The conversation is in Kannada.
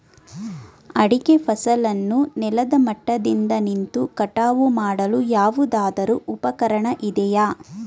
ಅಡಿಕೆ ಫಸಲನ್ನು ನೆಲದ ಮಟ್ಟದಿಂದ ನಿಂತು ಕಟಾವು ಮಾಡಲು ಯಾವುದಾದರು ಉಪಕರಣ ಇದೆಯಾ?